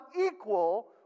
equal